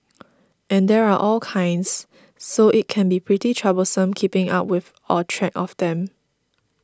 and there are all kinds so it can be pretty troublesome keeping up with or track of them